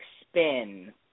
spin